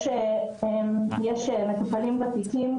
יש מטופלים ותיקים,